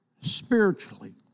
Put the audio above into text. spiritually